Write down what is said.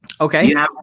Okay